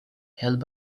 held